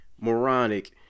moronic